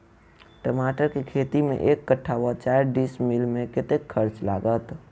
टमाटर केँ खेती मे एक कट्ठा वा चारि डीसमील मे कतेक खर्च लागत?